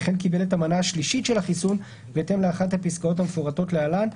וכן קיבל את המנה השלישית של החיסון בהתאם לאחת הפסקאות המפורטות להלן: